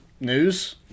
news